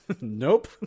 nope